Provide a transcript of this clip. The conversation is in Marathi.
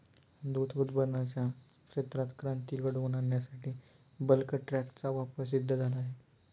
दूध उत्पादनाच्या क्षेत्रात क्रांती घडवून आणण्यासाठी बल्क टँकचा वापर सिद्ध झाला आहे